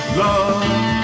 love